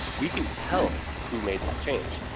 we can tell who made that change.